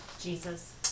Jesus